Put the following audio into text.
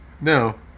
No